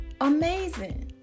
amazing